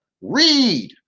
Read